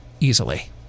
easily